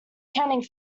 canning